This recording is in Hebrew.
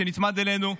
שנצמד אלינו,